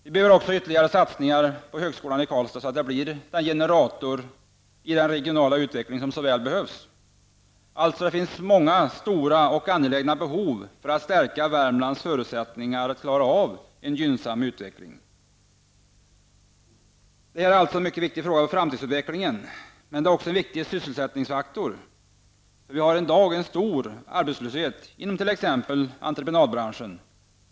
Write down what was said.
Vi behöver också ytterligare satsningar på högskolan i Karlstad så att den blir den generator i den regionala utvecklingen som så väl behövs. Det finns mycket stora och angelägna behov för att stärka Värmlands förutsättningar och klara av en gynnsam framtida utveckling. Det är alltså en mycket viktig fråga för framtidsutvecklingen, men det är också en viktig sysselsättningsfaktor. Vi har i dag en stor arbetslöshet inom t.ex. entreprenadbranschen.